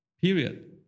Period